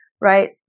right